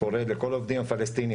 לכל העובדים הפלסטינים.